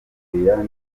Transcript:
doriane